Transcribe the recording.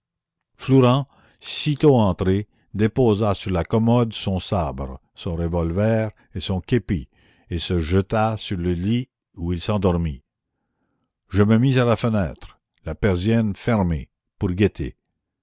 flourens sitôt entré déposa sur la commode son sabre son revolver et son képi et se jeta sur le lit où il s'endormit je me mis à la fenêtre la persienne fermée pour guetter